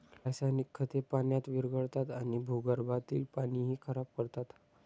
रासायनिक खते पाण्यात विरघळतात आणि भूगर्भातील पाणीही खराब करतात